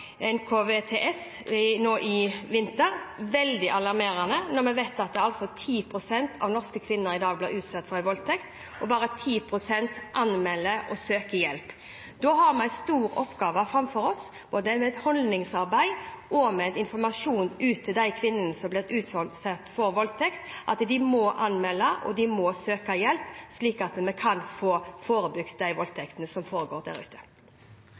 i vinter var veldig alarmerende. Når vi vet at 10 pst. av norske kvinner i dag er blitt utsatt for voldtekt, og bare 10 pst. anmelder og søker hjelp, har vi en stor oppgave foran oss. Det handler om holdningsarbeid og om informasjon ut til de kvinnene som er blitt utsatt for voldtekt, om at de må anmelde og søke hjelp, slik at vi kan få forebygd de voldtektene som foregår der ute.